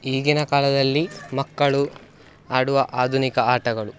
ಈಗಿನ ಕಾಲದಲ್ಲಿ ಮಕ್ಕಳು ಆಡುವ ಆಧುನಿಕ ಆಟಗಳು